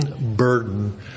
burden